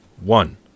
One